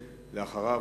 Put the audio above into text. ואחריו,